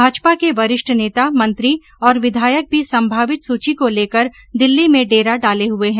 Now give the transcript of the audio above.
भाजपा के वरिष्ठ नेता मंत्री और विघायक भी संभावित सूची को लेकर दिल्ली में डेरा डाले हुए हैं